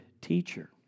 teacher